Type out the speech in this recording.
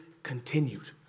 Continued